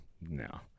No